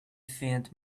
faint